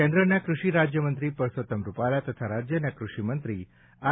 કેન્દ્રના કૃષિરાજ્યમંત્રી પરસોતમ રૂપાલા તથા રાજ્યના કૃષિમંત્રી આર